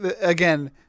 Again